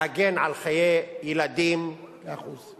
להגן על חיי ילדים, מאה אחוז.